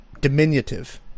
diminutive